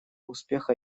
успеха